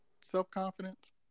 self-confidence